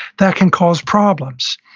that can cause problems.